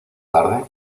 tarde